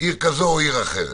עיר כזו או עיר אחרת.